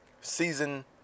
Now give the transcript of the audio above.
Season